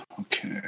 Okay